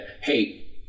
hey